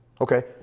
Okay